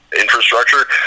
infrastructure